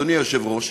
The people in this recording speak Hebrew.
אדוני היושב-ראש,